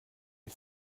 est